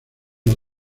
las